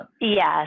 Yes